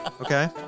okay